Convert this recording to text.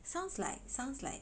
sounds like sounds like